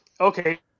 okay